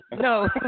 No